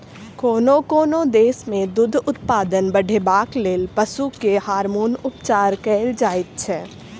कोनो कोनो देश मे दूध उत्पादन बढ़ेबाक लेल पशु के हार्मोन उपचार कएल जाइत छै